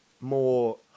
more